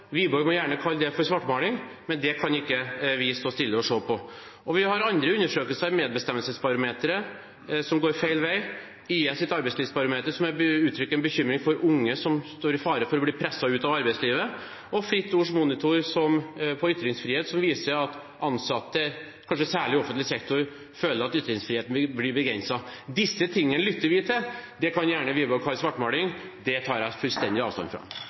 Wiborg må gjerne kalle det for svartmaling, men det kan ikke vi stå stille og se på. Vi har andre undersøkelser fra Medbestemmelsesbarometeret som går feil vei, vi har YS’ arbeidslivsbarometer som uttrykker en bekymring for unge som står i fare for å bli presset ut av arbeidslivet, og vi har Fritt Ords monitorprosjekt om ytringsfrihet som viser at ansatte – kanskje særlig i offentlig sektor – føler at ytringsfriheten blir begrenset. Dette lytter vi til. Det kan Wiborg gjerne kalle svartmaling, det tar jeg fullstendig avstand fra.